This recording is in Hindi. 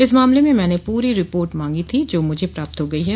इस मामले में मैने पूरी रिपोर्ट मांगी थी जो मुझे प्राप्त हो गई है